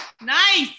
Nice